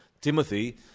Timothy